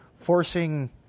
forcing